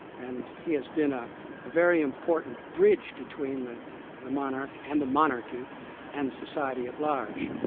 and he has been a very important bridge between the the monarch and the monarchy and society at large.